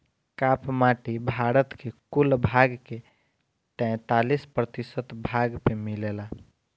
काप माटी भारत के कुल भाग के तैंतालीस प्रतिशत भाग पे मिलेला